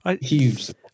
Huge